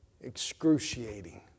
excruciating